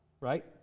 right